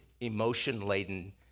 emotion-laden